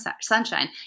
sunshine